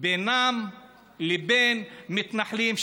בינם לבין מתנחלים,